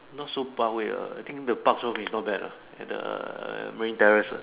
not so Parkway uh I think the Bak-Chor-Mee is not bad uh at the Marine Terrace uh